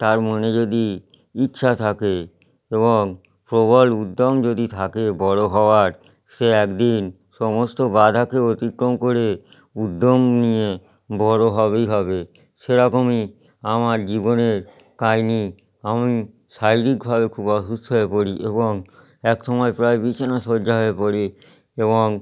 তার মনে যদি ইচ্ছা থাকে এবং প্রবল উদ্যম যদি থাকে বড় হওয়ার সে এক দিন সমস্ত বাঁধাকে অতিক্রম করে উদ্যম নিয়ে বড় হবেই হবে সেরকমই আমার জীবনের কাহিনী আমি শারীরিকভাবে খুব অসুস্থ হয়ে পড়ি এবং এক সময় প্রায় বিছানা শয্যা হয়ে পড়ি এবং